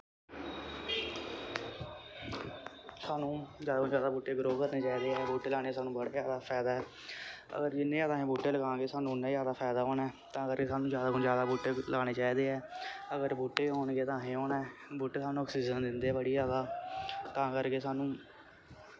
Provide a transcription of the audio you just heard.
सानू ज्यादा तो ज्यादा बूह्टे ग्रो करने चाहिदे ऐ बूह्टे लाने न सानू बड़ा ज्यादा फैदा होर जिन्ने ज्यादा अस बूह्टे लगां गे सानू उन्ना ज्यादा फैदा होना ऐ तां करके सानू ज्यादा तो ज्यादा बूह्टे लाने चाहदे न अगर बूह्टे होन गे ते असें होना ऐ बूह्टे सानू आक्सीजन दिंदे ऐ बड़ी ज्यादा तां करके सानू